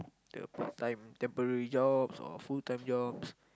the part-time temporary job or full time jobs